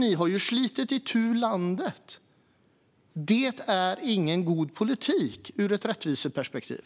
Ni har ju slitit itu landet! Det är ingen god politik ur ett rättviseperspektiv.